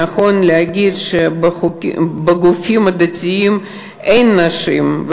נכון להגיד שבגופים הדתיים אין נשים,